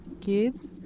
kids